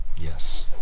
Yes